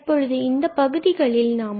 தற்பொழுது இந்தப் பகுதிகளில் நாம் உள்ளோம்